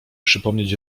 przypomnieć